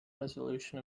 resolution